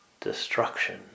destruction